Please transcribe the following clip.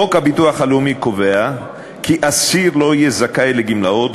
חוק הביטוח הלאומי קובע כי אסיר לא יהיה זכאי לגמלאות,